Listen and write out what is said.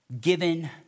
given